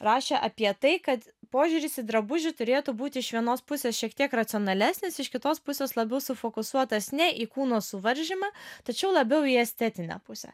rašė apie tai kad požiūris į drabužį turėtų būti iš vienos pusės šiek tiek racionalesnis iš kitos pusės labiau sufokusuotas ne į kūno suvaržymą tačiau labiau į estetinę pusę